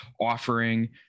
offering